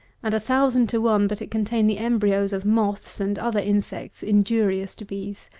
and a thousand to one but it contain the embryos of moths and other insects injurious to bees.